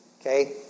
Okay